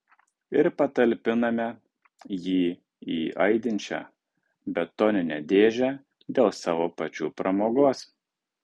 ir patalpiname jį į aidinčią betoninę dėžę dėl savo pačių pramogos